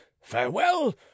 farewell